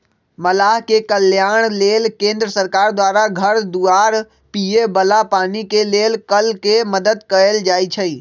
मलाह के कल्याण लेल केंद्र सरकार द्वारा घर दुआर, पिए बला पानी के लेल कल के मदद कएल जाइ छइ